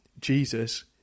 Jesus